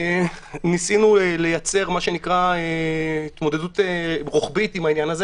ניסינו לייצר מה שנקרא "התמודדות רוחבית" עם העניין הזה,